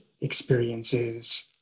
experiences